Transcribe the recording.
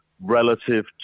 relative